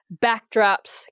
backdrops